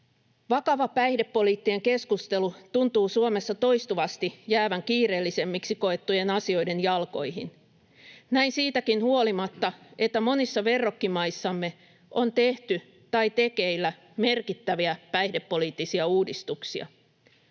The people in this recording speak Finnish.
Vakava päihdepoliittinen keskustelu tuntuu Suomessa toistuvasti jäävän kiireellisemmiksi koettujen asioiden jalkoihin — näin siitäkin huolimatta, että monissa verrokkimaissamme on tehty tai tekeillä merkittäviä päihdepoliittisia uudistuksia.